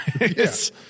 Yes